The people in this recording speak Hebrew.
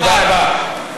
תודה רבה.